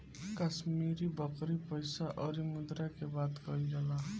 कश्मीरी बकरी पइसा अउरी मुद्रा के बात कइल जाला